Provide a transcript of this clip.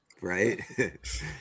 Right